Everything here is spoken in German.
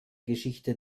geschichte